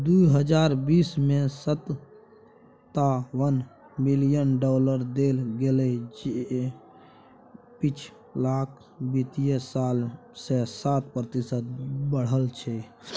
दुइ हजार बीस में सनतावन बिलियन डॉलर देल गेले जे पिछलका वित्तीय साल से सात प्रतिशत बढ़ल छै